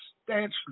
substantially